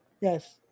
Yes